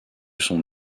son